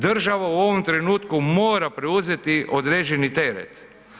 Država u ovom trenutku mora preuzeti određeni teret.